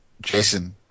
Jason